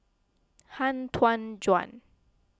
Han Tan Juan